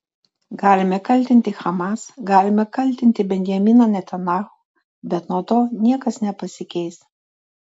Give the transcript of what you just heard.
galime kaltinti hamas galime kaltinti benjaminą netanyahu bet nuo to niekas nepasikeis